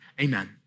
amen